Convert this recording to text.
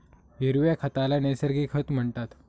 हिरव्या खताला नैसर्गिक खत म्हणतात